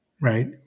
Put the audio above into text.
right